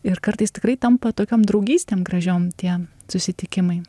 ir kartais tikrai tampa tokiom draugystėm gražiom tie susitikimai